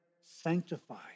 sanctified